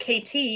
KT